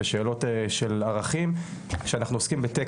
לפעמים זה באמת חיתוכים שהם בוא